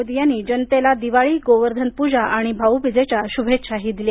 त्यांनी जनतेला दिवाळी गोवर्धन पूजा आणि भाऊबीजेच्या शुभेच्छाही दिल्या